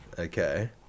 Okay